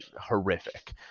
Horrific